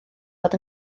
fod